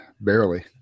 Barely